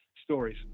stories